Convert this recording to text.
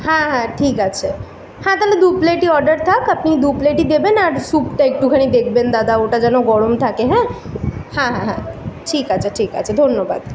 হ্যাঁ হ্যাঁ ঠিক আছে হ্যাঁ তাহলে দু প্লেটই অর্ডার থাক আপনি দু প্লেটই দেবেন আর স্যুপটা একটুখানি দেখবেন দাদা ওটা যেন গরম থাকে হ্যাঁ হ্যাঁ হ্যাঁ হ্যাঁ ঠিক আছে ঠিক আছে ধন্যবাদ